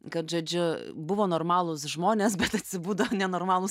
kad žodžiu buvo normalūs žmonės bet atsibudo nenormalūs